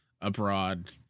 abroad